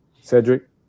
Cedric